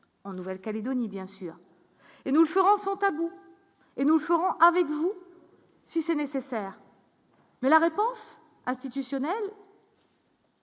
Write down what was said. en Nouvelle-Calédonie, bien sûr, et nous le ferons sont bout et nous ferons avec vous, si c'est nécessaire. Mais la réponse institutions. Elle